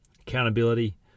Accountability